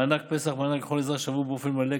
מענק פסח ומענק לכל אזרח שהועברו באופן מלא,